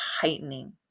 heightening